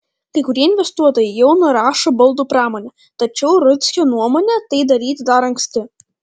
kai kurie investuotojai jau nurašo baldų pramonę tačiau rudzkio nuomone tai daryti dar anksti